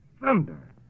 thunder